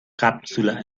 cápsula